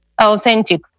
authentic